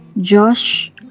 Josh